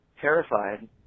terrified